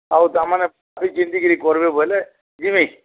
ଆଉ ତା' ମାନେ କର୍ବେ ବୋଇଲେ